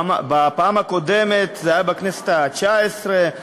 בפעם הקודמת זה היה בכנסת התשע-עשרה,